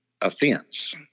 offense